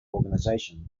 organisation